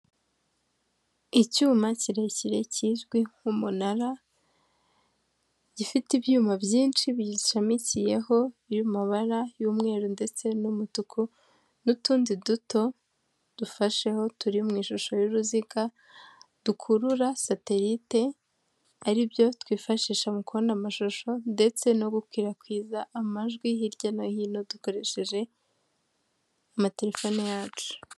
Icyuma kirekire kizwi nk'umunara gifite ibyuma byinshi biyishamikiyeho mu mabara y'umweru ndetse n'umutuku n'utundi duto dufasheho turi mu ishusho y'uruziga dukurura satelite aribyo twifashisha mu kubona amashusho ndetse no gukwirakwiza amajwi hirya no hino dukoresheje amatelefone yacu.